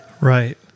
Right